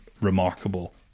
remarkable